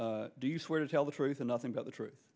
do you swear to tell the truth and nothing but the truth